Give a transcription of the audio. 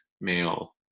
male